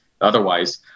otherwise